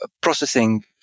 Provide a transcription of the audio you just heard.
processing